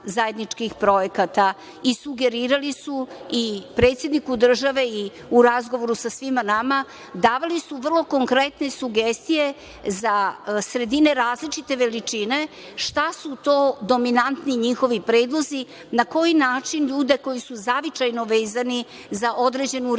i sugerirali su i predsedniku države i u razgovoru sa svima nama davali su vrlo konkretne sugestije za sredine različite veličine šta su to dominantni njihovi predlozi, na koji način ljude koji su zavičajno vezani za određenu regiju